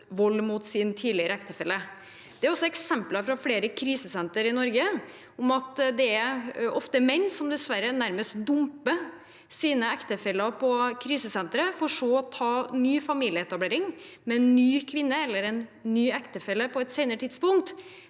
vold mot sin tidligere ektefelle. Det er eksempler fra flere krisesentre i Norge på menn som dessverre nærmest dumper sine ektefeller på krisesentre, for så å ta ny familieetablering med ny ektefelle på et senere tidspunkt.